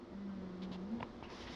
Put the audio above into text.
mm